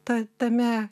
ta tame